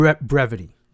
brevity